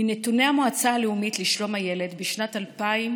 מנתוני המועצה הלאומית לשלום הילד, בשנת 2018